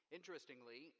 Interestingly